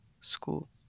school